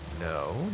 No